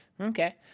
Okay